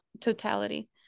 totality